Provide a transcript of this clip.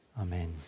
amen